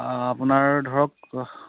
আ আপোনাৰ ধৰক